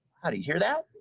do you hear that?